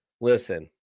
listen